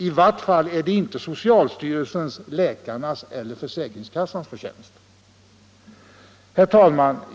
I vart fall är det inte vare sig socialstyrelsens, läkarnas eller försäkringskassans förtjänst! Herr talman!